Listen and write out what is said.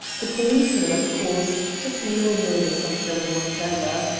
the policeman, of course, took no notice of them whatever.